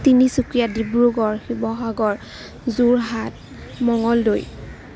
Dibrugarh Sivasagar Jorhat Mangaldai